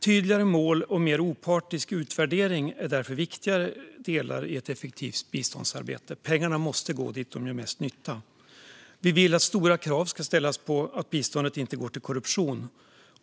Tydligare mål och mer opartisk utvärdering är därför viktiga delar i ett effektivt biståndsarbete. Pengarna måste gå dit där de gör mest nytta. Vi vill att höga krav ska ställas på att biståndet inte går till korruption.